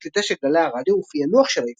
קליטה של גלי הרדיו ופענוח של האפנון,